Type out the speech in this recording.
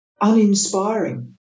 uninspiring